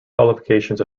qualifications